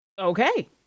Okay